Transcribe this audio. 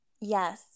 Yes